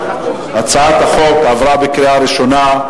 הצעת החוק עברה בקריאה ראשונה,